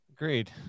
Agreed